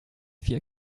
vier